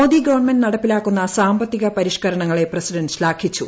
Modi government നടപ്പിലാക്കുന്ന സാമ്പത്തിക പരിഷ്കരണങ്ങളെ പ്രസിഡന്റ് ശ്ലാഘിച്ചു